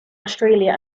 australia